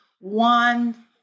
one